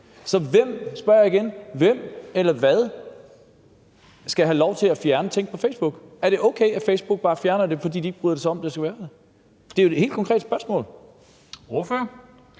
Så jeg spørger igen: Hvem eller hvad skal have lov til at fjerne ting på Facebook? Er det okay, at Facebook bare fjerner det, fordi de ikke bryder sig om, at det skal være der? Det er jo et helt konkret spørgsmål. Kl.